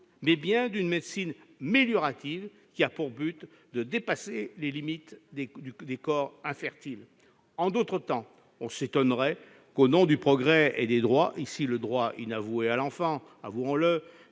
mais bien d'une médecine méliorative, qui a pour but de dépasser les limites des corps infertiles ». En d'autres temps, on s'étonnerait que, au nom du progrès et des droits- ici, le droit inavoué à l'enfant, reconnaissons-le